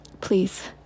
Please